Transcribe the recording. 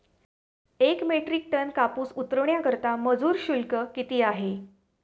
एक metric ton कापूस उतरवण्याकरता मजूर शुल्क किती आहे?